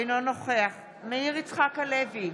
אינו נוכח מאיר יצחק הלוי,